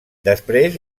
després